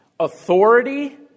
authority